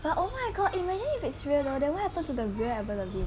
but oh my god imagine if it's real though then what happen to the real avril lavigne